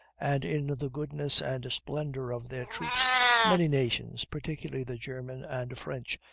and in the goodness and splendor of their troops many nations, particularly the germans and french,